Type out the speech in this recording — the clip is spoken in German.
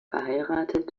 verheiratet